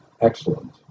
excellent